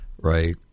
right